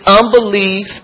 unbelief